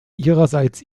ihrerseits